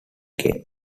came